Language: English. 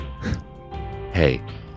Hey